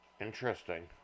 Interesting